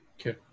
Okay